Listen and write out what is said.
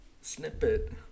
snippet